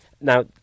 now